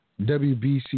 WBC